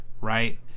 right